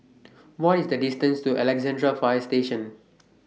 What IS The distance to Alexandra Fire Station